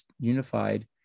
unified